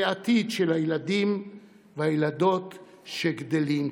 העתיד של הילדים והילדות שגדלים כאן.